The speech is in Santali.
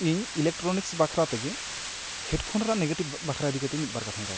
ᱤᱧ ᱤᱞᱮᱠᱴᱨᱚᱱᱤᱠᱥ ᱵᱟᱠᱷᱨᱟ ᱛᱮᱜᱮ ᱦᱮᱰᱯᱷᱚᱱ ᱨᱮᱱᱟᱜ ᱱᱮᱜᱮᱴᱤᱵᱽ ᱵᱟᱠᱷᱨᱟ ᱤᱫᱤ ᱠᱟᱛᱮ ᱢᱤᱫ ᱵᱟᱨ ᱠᱟᱛᱷᱟᱧ ᱨᱚᱲᱟ